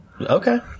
Okay